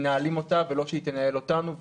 מנהלים אותה ולא שהיא תנהל אותנו,